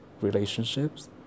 relationships